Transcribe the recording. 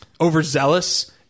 overzealous